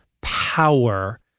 power